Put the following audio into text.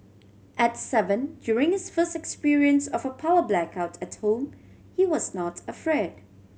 at seven during his first experience of a power blackout at home he was not afraid